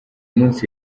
munsi